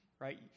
right